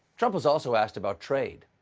trump was also asked about trade,